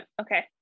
Okay